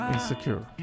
Insecure